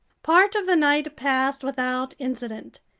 part of the night passed without incident.